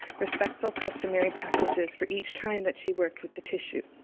respectful customary practices for each time that she worked with the tissue.